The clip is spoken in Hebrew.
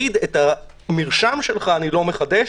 לומר: את המרשם שלך אני לא מחדש,